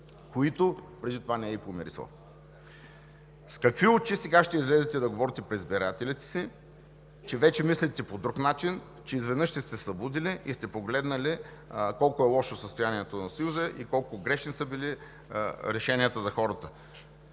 които преди това не е и помирисал. С какви очи сега ще излезете да говорите пред избирателите си, че вече мислите по друг начин, че изведнъж сте се събудили и сте погледнали колко е лошо състоянието на Съюза и колко грешни са били решенията за хората?